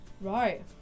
Right